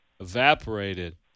evaporated